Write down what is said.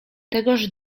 tegoż